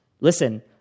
listen